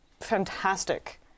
fantastic